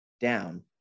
down